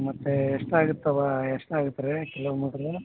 ಮತ್ತು ಎಷ್ಟಾಗುತ್ತವ್ವ ಎಷ್ಟು ಆಗುತ್ರಿ ಕಿಲೋಮೀಟ್ರು